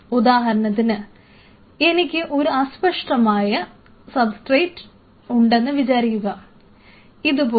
ഉദാഹരണത്തിന് എനിക്ക് ഒരു അസ്പഷ്ടമായ സബ്സ്ട്രേറ്റ് ഉണ്ടെന്നു വിചാരിക്കുക ഇതുപോലെ